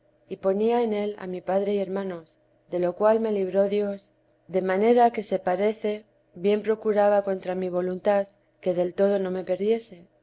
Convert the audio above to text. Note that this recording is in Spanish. y ponía en él a mi padre y hermanos de lo cual me libró dios de manera que se parece bien procuraba contra mi voluntad que del todo no me perdiese